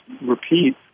repeat